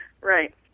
Right